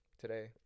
today